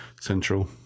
central